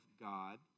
God